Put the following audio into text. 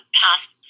passed